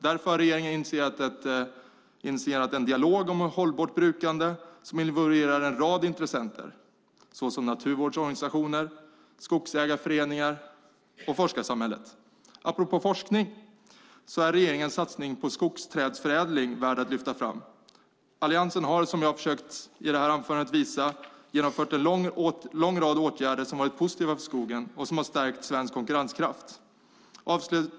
Därför har regeringen initierat en dialog om ett hållbart brukande som involverar en rad intressenter, såsom naturvårdsorganisationer, skogsägarföreningar och forskarsamhället. Apropå forskning är regeringens satsning på skogsträdförädling värd att lyfta fram. Alliansen har, som jag i mitt anförande försökt visa, genomfört en lång rad åtgärder som varit positiva för skogen och som stärkt svensk konkurrenskraft.